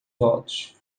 votos